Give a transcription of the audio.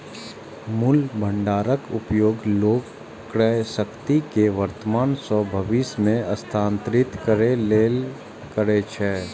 मूल्य भंडारक उपयोग लोग क्रयशक्ति कें वर्तमान सं भविष्य मे स्थानांतरित करै लेल करै छै